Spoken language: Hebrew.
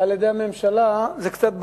על-ידי הממשלה, זה קצת בעייתי,